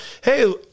hey